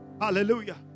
Hallelujah